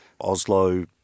Oslo